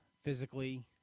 physically